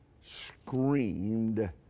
screamed